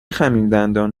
خمیردندان